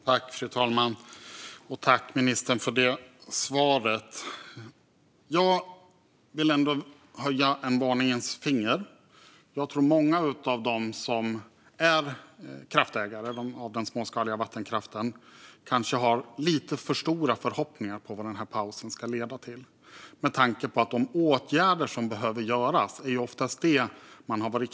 Fru talman! Jag tackar ministern för svaret. Jag vill ändå höja en varningens finger. Jag tror att många av dem som är kraftägare av småskalig vattenkraft har lite för stora förhoppningar på vad pausen ska leda till med tanke på att de ofta har varit kritiska till de åtgärder som behöver vidtas.